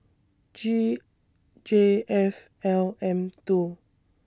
G J F L M two